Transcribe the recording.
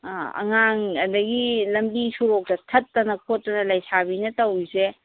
ꯑꯉꯥꯡ ꯑꯗꯒꯤ ꯂꯝꯕꯤ ꯁꯣꯔꯣꯛꯇ ꯊꯠꯇꯅ ꯈꯣꯠꯇꯅ ꯂꯩꯁꯥꯕꯤꯅ ꯇꯧꯔꯤꯁꯦ